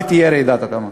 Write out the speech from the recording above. ותהיה רעידת אדמה,